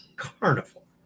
carnival